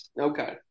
Okay